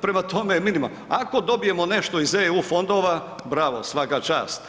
prema tome, ako dobijemo nešto iz eu fondova bravo, svaka čast.